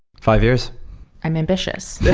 five years i'm ambitious.